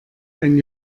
ein